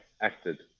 acted